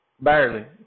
Barely